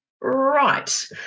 right